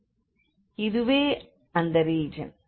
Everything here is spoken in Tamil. இதுவே அந்த ரீஜன்